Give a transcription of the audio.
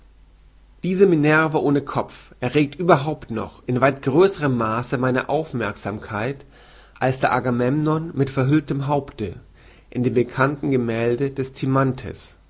diese minerva ohne kopf erregt überhaupt noch in weit größerem maaße meine aufmerksamkeit als der agamemnon mit verhülltem haupte in dem bekannten gemälde des